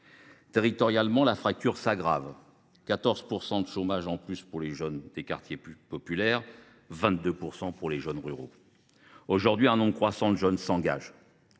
Territorialement, la fracture s’aggrave : 14 % de chômage en plus pour les jeunes des quartiers populaires, 22 % pour les jeunes ruraux. Aujourd’hui, un nombre croissant de jeunes s’engagent